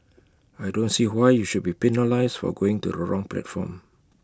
I don't see why you should be penalised for going to the wrong platform